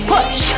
Push